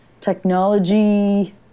technology